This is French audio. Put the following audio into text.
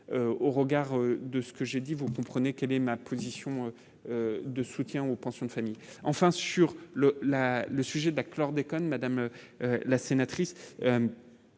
au regard de ce que j'ai dit : vous comprenez, quelle est ma position de soutien au. France : une famille enfin sur le la, le sujet de la chlordécone madame la sénatrice